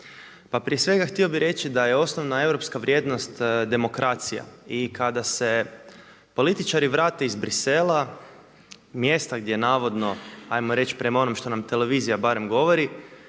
Pa prije svega htio bi reći da je osnovna europska vrijednost demokracija i kada se političari vrate iz Bruxellesa, mjesta gdje navodno, ajmo reći prema onom što nam televizija barem govori